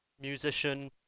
musician